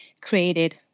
created